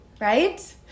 right